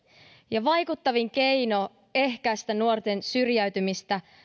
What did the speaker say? ja vaikuttavin keino ehkäistä nuorten syrjäytymistä